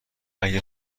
اگه